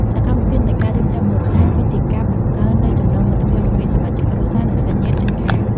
សកម្មភាពនៃការរៀបចំម្ហូបសែន គឺជាការបង្កើននូវចំណងមិត្តភាពរវាងសមាជិកគ្រួសារ និងសាច់ញាតិជិតខាង។